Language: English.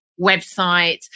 website